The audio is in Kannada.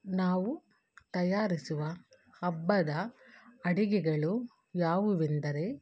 ನಾವು ತಯಾರಿಸುವ ಹಬ್ಬದ ಅಡಿಗೆಗಳು ಯಾವುವೆಂದರೆ